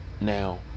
now